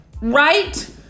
Right